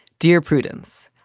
dear prudence,